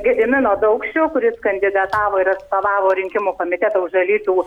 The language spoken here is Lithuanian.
gedimino daukšio kuris kandidatavo ir atstovavo rinkimų komitetą už alytų